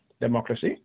democracy